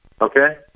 Okay